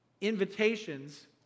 invitations